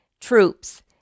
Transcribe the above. troops